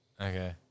Okay